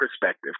perspective